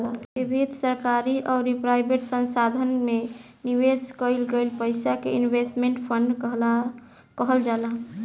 विभिन्न सरकारी अउरी प्राइवेट संस्थासन में निवेश कईल गईल पईसा के इन्वेस्टमेंट फंड कहल जाला